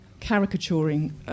caricaturing